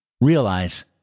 Realize